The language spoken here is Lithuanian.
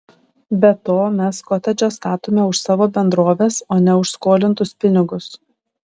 be to mes kotedžą statome už savo bendrovės o ne už skolintus pinigus